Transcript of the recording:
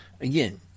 Again